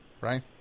right